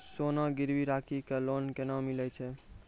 सोना गिरवी राखी कऽ लोन केना मिलै छै?